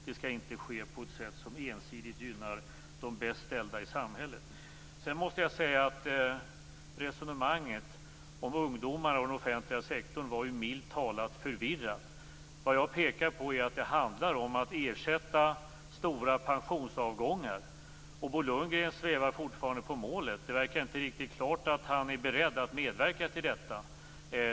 Det skall inte ske på ett sätt som ensidigt gynnar de bäst ställda i samhället. Sedan måste jag säga att resonemanget om ungdomar och den offentliga sektorn milt talat var förvirrat. Vad jag pekar på är att det handlar om att ersätta stora pensionsavgångar. Bo Lundgren svävar fortfarande på målet. Det verkar inte riktigt klart att han är beredd att medverka till detta.